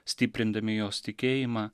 stiprindami jos tikėjimą